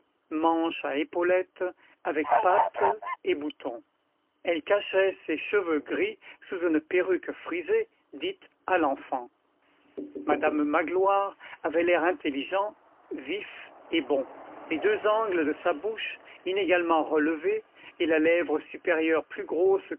manches à épaulettes avec pattes et boutons elle cachait ses cheveux gris sous une perruque frisée dite à l'enfant madame magloire avait l'air intelligent vif et bon les deux angles de sa bouche inégalement relevés et la lèvre supérieure plus grosse